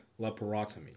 laparotomy